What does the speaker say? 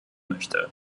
möchte